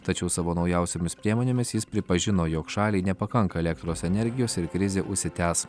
tačiau savo naujausiomis priemonėmis jis pripažino jog šaliai nepakanka elektros energijos ir krizė užsitęs